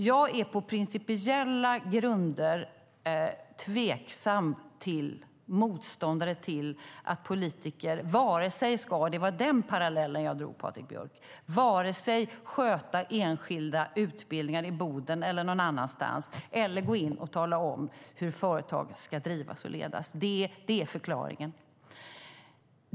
Jag är på principiella grunder tveksam till och motståndare till att politiker ska bestämma. Det var den parallellen jag drog, Patrik Björck. De ska varken sköta enskilda utbildningar i Boden eller någon annanstans eller gå in och tala om hur företag ska drivas och ledas. Det är förklaringen.